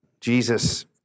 Jesus